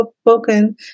spoken